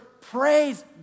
Praise